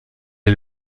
est